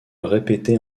répété